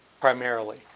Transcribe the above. Primarily